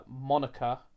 Monica